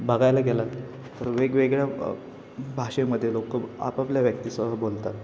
बघायला गेलात तर वेगवेगळ्या भाषेमध्ये लोकं आपापल्या व्यक्तीसह बोलतात